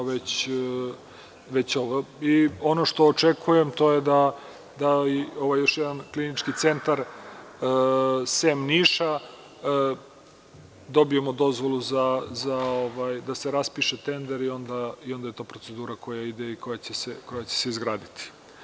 Ono što očekujem, to je da ovaj još jedan klinički centar, sem Niša, dobijemo dozvolu da se raspiše tender i onda je to procedura koja ide i koja će se izgraditi.